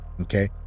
Okay